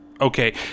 Okay